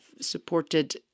supported